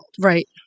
Right